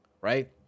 right